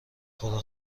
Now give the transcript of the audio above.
خدا